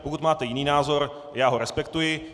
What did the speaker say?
Pokud máte jiný názor, já ho respektuji.